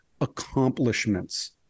accomplishments